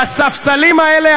בספסלים האלה,